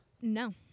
No